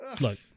Look